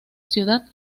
ciudad